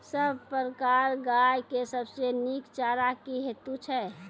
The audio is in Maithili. सब प्रकारक गाय के सबसे नीक चारा की हेतु छै?